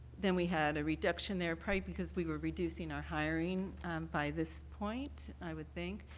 then we had a reduction there probably because we were reducing our hiring by this point i would think.